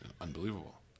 unbelievable